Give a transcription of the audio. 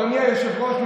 אדוני היושב-ראש,